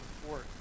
support